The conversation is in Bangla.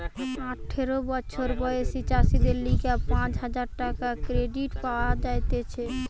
আঠারো বছর বয়সী চাষীদের লিগে পাঁচ হাজার টাকার ক্রেডিট পাওয়া যাতিছে